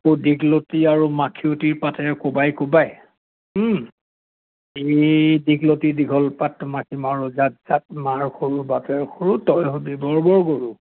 দীঘলতি আৰু মাখিয়তিৰ পাতেেৰে কোবাই কোবাই এই দীঘলতি দীঘল পাত মাখি মাৰোঁ জাত জাত মাৰ সৰু বাপৰ সৰু তই হবি বৰ বৰ গৰু